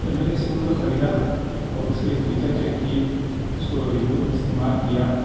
جب میں نے اس فون کو خریدا اور اس کے فیچر چیک کیے اس کو یو استعمال کیا